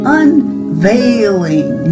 unveiling